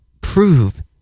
prove